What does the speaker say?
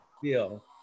feel